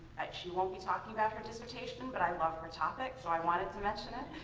she won't be talking about her dissertation but i love her topic so i wanted to mention it.